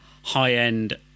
high-end